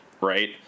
right